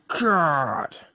God